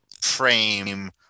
frame